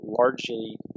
largely